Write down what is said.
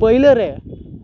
ᱯᱟᱹᱭᱞᱟᱹᱨᱮ